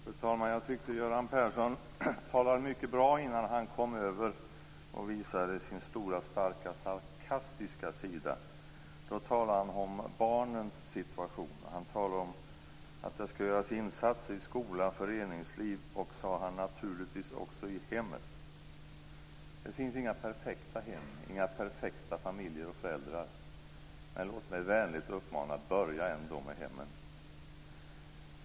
Fru talman! Jag tyckte att Göran Persson talade mycket bra innan han visade sin stora starka sarkastiska sida. Han talade om barnens situation. Han talade om insatser i skola, i föreningsliv och, sade han, naturligtvis också i hemmen. Det finns inga perfekta hem, inga perfekta familjer och föräldrar. Men låt mig vänligen uppmana till att ändå börja med hemmen.